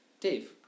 Dave